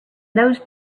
those